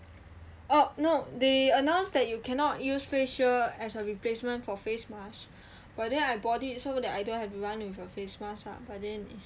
oh no they announced that you cannot use face shield as a replacement for face mask but then I bought it so that I don't have to run with a face mask ah but then it's not